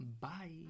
Bye